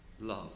love